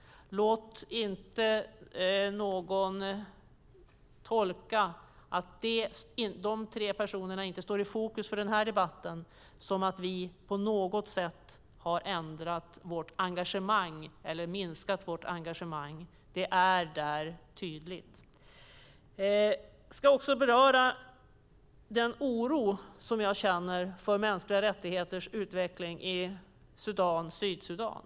Att de tre personerna inte står i fokus för den här debatten får inte tolkas som att vi har minskat vårt engagemang. Det finns där. Jag ska också säga något om den oro som jag känner för utvecklingen av mänskliga rättigheter i Sudan och Sydsudan.